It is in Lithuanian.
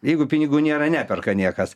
jeigu pinigų nėra neperka niekas